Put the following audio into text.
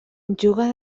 juga